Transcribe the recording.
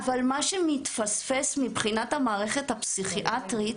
אבל מה שמתפספס מבחינת המערכת הפסיכיאטרית,